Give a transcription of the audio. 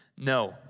No